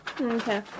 Okay